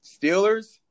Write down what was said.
Steelers